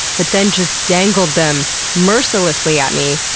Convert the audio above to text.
but then just dangled them mercilessly at me.